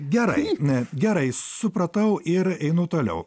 gerai gerai supratau ir einu toliau